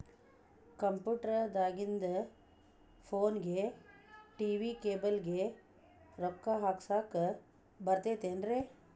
Computer ದಾಗಿಂದ್ ಫೋನ್ಗೆ, TV cable ಗೆ, ರೊಕ್ಕಾ ಹಾಕಸಾಕ್ ಬರತೈತೇನ್ರೇ?